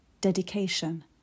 dedication